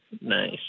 Nice